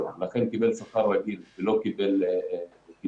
ולכן הוא קיבל שכר רגיל ולא קיבל קצבה.